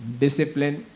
discipline